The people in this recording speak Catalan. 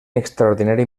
extraordinari